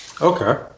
Okay